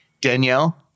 Danielle